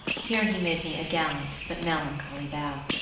here he made me a gallant but melancholy bow.